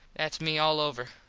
thats me all over.